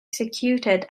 executed